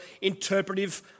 interpretive